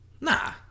Nah